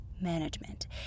management